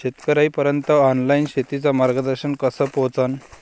शेतकर्याइपर्यंत ऑनलाईन शेतीचं मार्गदर्शन कस पोहोचन?